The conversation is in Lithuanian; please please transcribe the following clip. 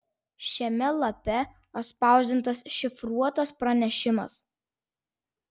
šiame lape atspausdintas šifruotas pranešimas